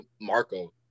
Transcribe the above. Marco